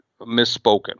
misspoken